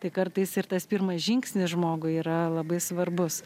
tai kartais ir tas pirmas žingsnis žmogui yra labai svarbus